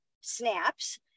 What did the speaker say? snaps